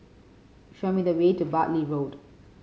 show me the way to Bartley Road